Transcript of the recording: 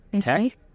Tech